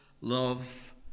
love